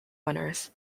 winners